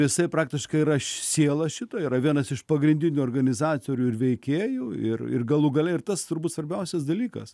jisai praktiškai yra siela šito yra vienas iš pagrindinių organizatorių ir veikėjų ir ir galų gale ir tas turbūt svarbiausias dalykas